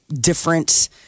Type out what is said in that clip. different